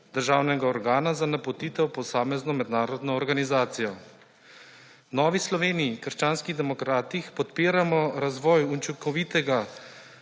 državnega organa za napotitev v posamezno mednarodno organizacijo. V Novi Sloveniji – krščanskih demokratih podpiramo razvoj učinkovitega